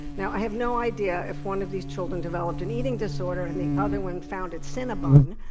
now, i have no idea if one of these children developed an eating disorder and the other one founded cinnabon,